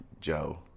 Joe